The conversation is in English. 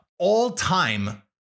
All-time